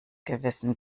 gewissen